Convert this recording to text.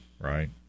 Right